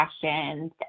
questions